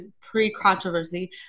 pre-controversy